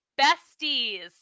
besties